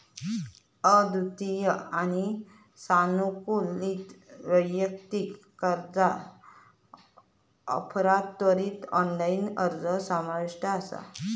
अद्वितीय आणि सानुकूलित वैयक्तिक कर्जा ऑफरात त्वरित ऑनलाइन अर्ज समाविष्ट असा